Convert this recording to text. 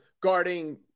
guarding